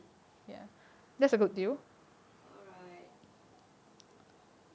alright